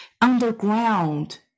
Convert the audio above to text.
underground